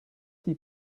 die